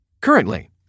Currently